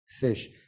fish